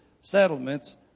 settlements